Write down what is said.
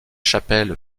chapelle